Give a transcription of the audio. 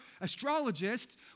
astrologists